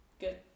good